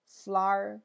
flour